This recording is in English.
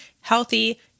healthy